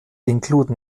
include